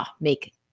make